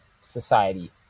society